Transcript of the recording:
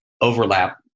overlap